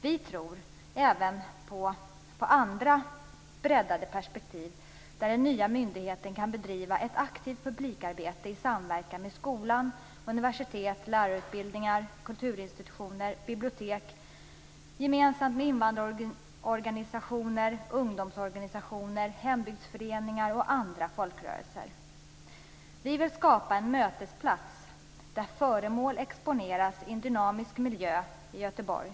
Vi tror även på andra breddade perspektiv där den nya myndigheten kan bedriva ett aktivt publikarbete i samverkan med skolan, universitet, lärarutbildningar, kulturinstitutioner, bibliotek, invandrarorganisationer, ungdomsorganisationer, hembygdsföreningar och andra folkrörelser. Vi vill skapa en mötesplats, där föremål exponeras i en dynamisk miljö i Göteborg.